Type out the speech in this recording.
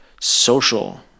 social